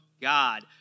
God